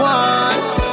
one